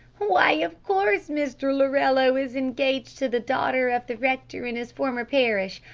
why, of course, mr. lorello is engaged to the daughter of the rector in his former parish!